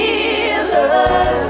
Healer